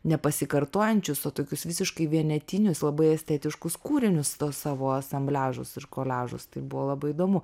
nepasikartojančius o tokius visiškai vienetinius labai estetiškus kūrinius to savo asambliažuose ir koliažas tai buvo labai įdomu